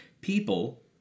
people